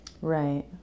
Right